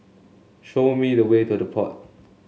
show me the way to The Pod